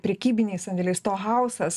prekybiniai sandėliai stohausas